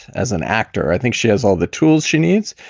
as an actor, i think she has all the tools she needs